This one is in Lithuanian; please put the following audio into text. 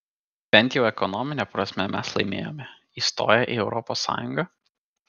bent jau ekonomine prasme mes laimėjome įstoję į europos sąjungą